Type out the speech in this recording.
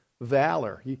valor